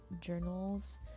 journals